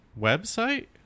Website